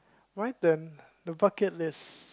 my turn the bucket list